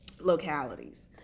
localities